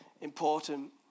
important